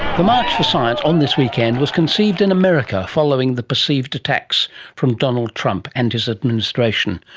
the march for science, on this weekend, was conceived in america following the perceived attacks from donald trump and his administration.